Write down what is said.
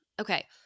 Okay